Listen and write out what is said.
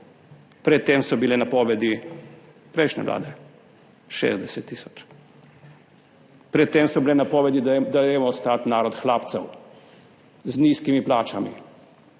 Pred tem so bile napovedi prejšnje vlade 60 tisoč. Pred tem so bile napovedi, da dajmo ostati narod hlapcev z nizkimi plačami.